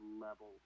level